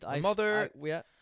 Mother